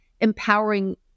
empowering